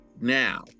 now